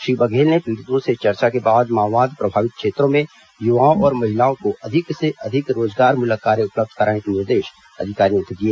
श्री बघेल ने पीड़ितो से चर्चा के बाद माओवाद प्रभावित क्षेत्रों में युवाओं और महिलाओं को अधिक से अधिक रोजगारमूलक कार्य उपलब्ध कराने के निर्देश अधिकारियों को दिए